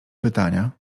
pytania